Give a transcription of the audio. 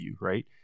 right